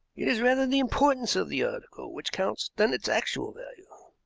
it is rather the importance of the article which counts than its actual value,